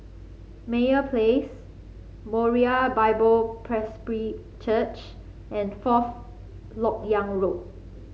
Meyer Place Moriah Bible Presby Church and Fourth LoK Yang Road